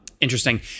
Interesting